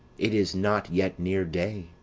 it is not yet near day.